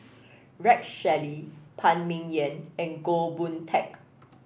Rex Shelley Phan Ming Yen and Goh Boon Teck